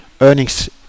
earnings